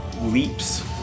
leaps